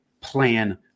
plan